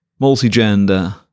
multigender